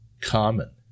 common